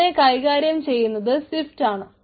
അതിനെ കൈകാര്യം ചെയ്യുന്നത് സിഫ്റ്റ് ആണ്